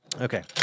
Okay